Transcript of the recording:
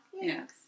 Yes